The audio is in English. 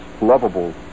lovable